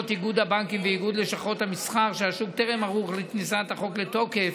איגוד הבנקים ואיגוד לשכות המסחר שהשוק טרם ערוך כניסת החוק לתוקף,